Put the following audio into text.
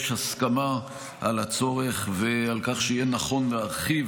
יש הסכמה על הצורך ועל כך שיהיה נכון להרחיב